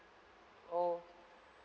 oh